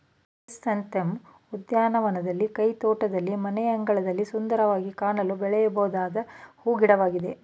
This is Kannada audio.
ಕ್ರೈಸಂಥೆಂ ಉದ್ಯಾನವನದಲ್ಲಿ, ಕೈತೋಟದಲ್ಲಿ, ಮನೆಯಂಗಳದಲ್ಲಿ ಸುಂದರವಾಗಿ ಕಾಣಲು ಬೆಳೆದುಕೊಳ್ಳಬೊದಾದ ಹೂ ಗಿಡವಾಗಿದೆ